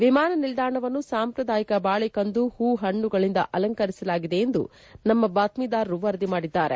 ವಿಮಾನ ನಿಲ್ದಾಣವನ್ನು ಸಾಂಪ್ರದಾಯಿಕ ಬಾಳೆಕಂದು ಹೂ ಹಣ್ಣುಗಳಿಂದ ಅಲಂಕರಿಸಲಾಗಿದೆ ಎಂದು ನಮ್ನ ಬಾತ್ವೀದಾರರು ವರದಿ ಮಾಡಿದ್ದಾರೆ